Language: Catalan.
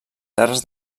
terres